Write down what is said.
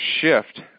shift